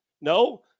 No